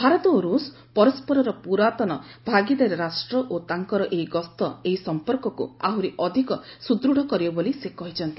ଭାରତ ଓ ରୁଷ୍ ପରସରର ପୁରାତନ ଭାଗିଦାର ରାଷ୍ଟ୍ର ଓ ତାଙ୍କର ଏହି ଗସ୍ତ ଏହି ସଂପର୍କକୁ ଆହୁରି ଅଧିକ ସୁଦୃଢ଼ କରିବ ବୋଲି ସେ କହିଛନ୍ତି